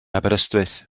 aberystwyth